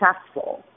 successful